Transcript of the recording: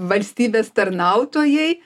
valstybės tarnautojai